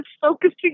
focusing